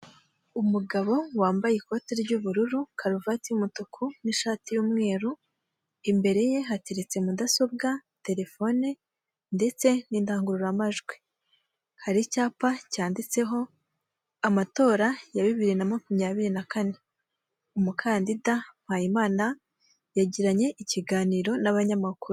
Umugabo wambaye ikote ry'ubururu, karuvati y'umutuku n'ishati y'umweru, imbere ye hateretse mudasobwa, telefone ndetse n'indangururamajwi, hari icyapa cyanditseho amatora ya bibiri na makumyabiri na kane, umukandida MPAYIMANA yagiranye ikiganiro n'abanyamakuru.